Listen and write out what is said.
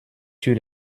sur